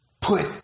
put